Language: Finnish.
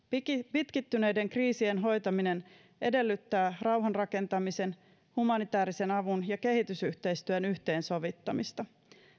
pitkittyneiden kriisien hoitaminen edellyttää rauhanrakentamisen humanitäärisen avun ja kehitysyhteistyön yhteensovittamista